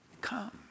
Come